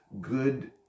good